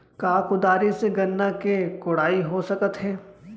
का कुदारी से गन्ना के कोड़ाई हो सकत हे?